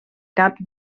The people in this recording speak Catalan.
cap